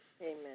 Amen